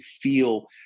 feel